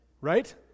Right